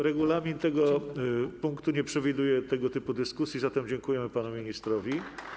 Regulamin tego punktu nie przewiduje tego typu dyskusji, zatem dziękujemy panu ministrowi.